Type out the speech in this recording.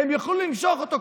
הם יוכלו למשוך אותו.